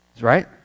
Right